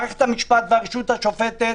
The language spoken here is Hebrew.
המשפט והרשות השופטת